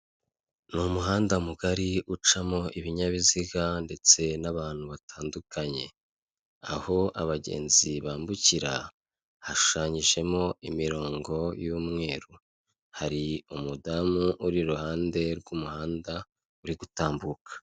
Ni umuhanda mugari ucamo ibinyabiziga ndetse n'abantu batandukanye, aho abagenzi bambukira, hashushanyijemo imirongo y'umweru, hari umudamu uri iruhande rw'umuhanda uri gutambuka.